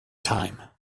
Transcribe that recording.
time